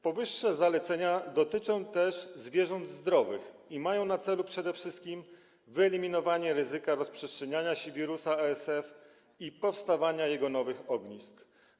Powyższe zalecenia dotyczą też zwierząt zdrowych i mają na celu przede wszystkim wyeliminowanie ryzyka rozprzestrzeniania się wirusa ASF i powstawania jego nowych ognisk.